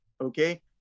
Okay